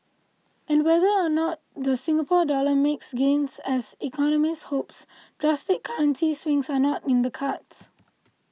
and whether or not the Singapore Dollar makes gains as economists hopes drastic currency swings are not in the cards